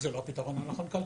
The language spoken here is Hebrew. זה לא הפתרון הנכון כלכלית.